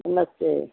नमस्ते